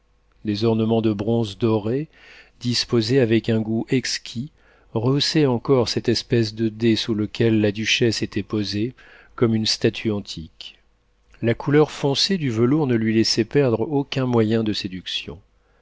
des ornements de bronze doré disposés avec un goût exquis rehaussaient encore cette espèce de dais sous lequel la duchesse était posée comme une statue antique la couleur foncée du velours ne lui laissait perdre aucun moyen de séduction